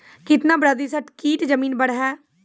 कितना प्रतिसत कीट जमीन पर हैं?